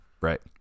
right